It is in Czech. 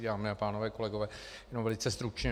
Dámy a pánové, kolegové, jenom velice stručně.